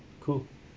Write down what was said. cool